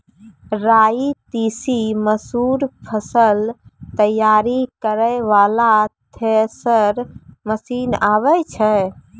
राई तीसी मसूर फसल तैयारी करै वाला थेसर मसीन आबै छै?